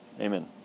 Amen